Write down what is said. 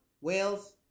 Wales